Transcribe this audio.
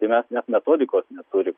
tai mes net metodikos neturim